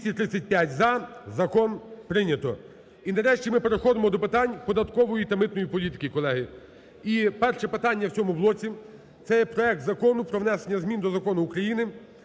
За-235 Закон прийнято. І, нарешті, ми переходимо до питань податкової та митної політики, колеги. І перше питання в цьому блоці це є проект Закону про внесення змін до Закону України